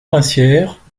princière